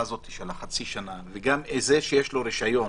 הזאת של החצי שנה וגם זה שיש לו רישיון